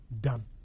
done